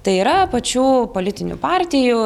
tai yra pačių politinių partijų